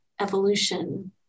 evolution